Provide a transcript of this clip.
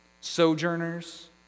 sojourners